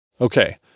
Okay